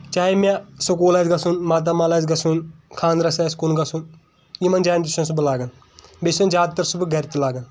چاہے مےٚ سکوٗل آسہِ گژھُن ماتامال آسہِ گژھُن خانٛدرَس آسہِ کُن گژھُن یِمن جاین تہِ چھُسن بہٕ سُہ لاگان بیٚیہِ چھُسَن زیادٕ تر سُہ بہٕ گرِ تہِ لاگان